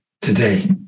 today